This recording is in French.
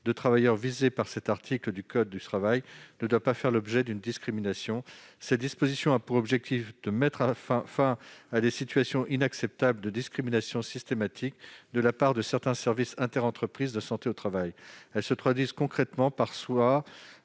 de travailleurs visés par cet article ne doit pas faire l'objet d'une discrimination. Cette disposition a pour objectif de mettre fin à des situations inacceptables de discrimination systématique de la part de certains services de prévention et de santé au travail interentreprises. Elles se traduisent concrètement soit